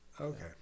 Okay